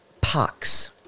pox